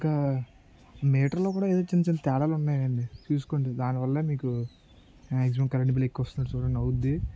ఇంకా మీటర్లో కూడా ఏదో చిన్న చిన్న తేడాలు ఉన్నాయండి చూసుకోండి దానివల్ల మీకు మ్యాక్సిమం కరెంట్ బిల్ ఎక్కువ వస్తుంది ఒకసారి చూడండి అవుద్ది